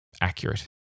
accurate